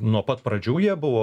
nuo pat pradžių jie buvo